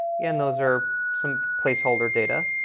and those are some place holder data.